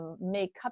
make